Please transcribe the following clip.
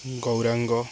Gaurang